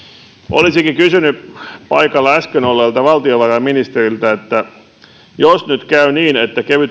olisinkin kysynyt paikalla äsken olleelta valtiovarainministeriltä jos nyt käy niin että kevyttä polttoöljyä